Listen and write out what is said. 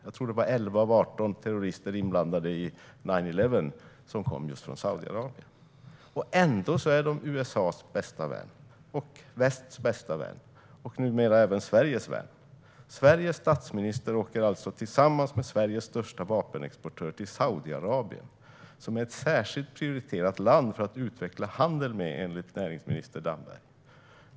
Jag tror att det var 11 av 18 terrorister inblandade i "nine eleven" som kom just från Saudiarabien. Ändå är landet USA:s bästa vän, västs bästa vän och numera även Sveriges vän. Sveriges statsminister åker alltså tillsammans med Sveriges största vapenexportör till Saudiarabien, som är ett särskilt prioriterat land att utveckla handel med enligt näringsminister Damberg.